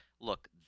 look